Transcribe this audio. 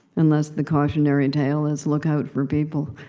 unless the cautionary and tale is, look out for people.